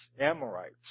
Amorites